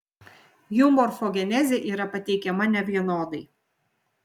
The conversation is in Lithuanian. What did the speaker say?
jų morfogenezė yra pateikiama nevienodai